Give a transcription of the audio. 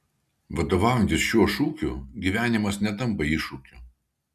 vadovaujantis šiuo šūkiu gyvenimas netampa iššūkiu